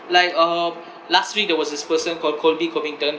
like um last week there was this person called colby covington